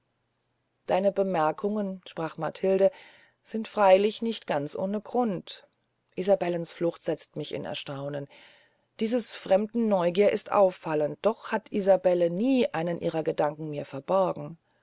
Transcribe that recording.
deine bemerkungen sprach matilde sind freylich nicht ganz ohne grund isabellens flucht setzt mich in erstaunen des fremden neugier ist auffallend doch hat isabelle nie einen ihrer gedanken mir verborgen